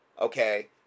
okay